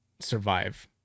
survive